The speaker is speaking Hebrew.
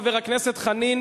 חבר הכנסת חנין,